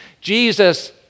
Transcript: Jesus